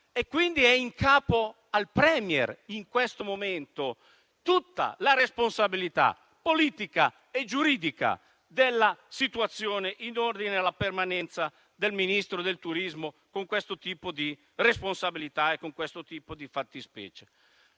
Quindi è in capo al *Premier* in questo momento tutta la responsabilità politica e giuridica della situazione in ordine alla permanenza del Ministro del turismo con questo tipo di responsabilità e con questo tipo di fattispecie.